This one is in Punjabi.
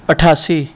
ਅਠਾਸੀ